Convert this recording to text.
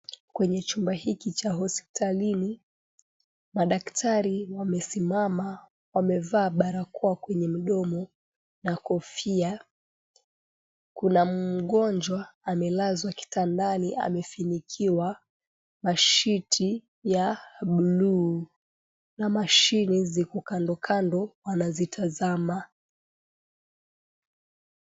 Kwenye chumba hiki cha hospitalini, madaktari wamesimama wamevaa barakoa kwenye midomo na kofia. Kuna mgonjwa amelazwa kitandani amefunikiwa na shiti ya buluu na mashine ziko kando kando wanazitazama.